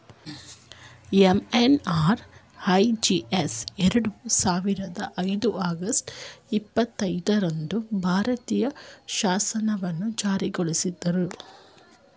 MNREGS ಎರಡು ಸಾವಿರದ ಐದರ ಆಗಸ್ಟ್ ಇಪ್ಪತ್ತೈದು ರಂದು ಭಾರತೀಯ ಶಾಸನವನ್ನು ಜಾರಿಗೊಳಿಸಿದ್ರು